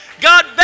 God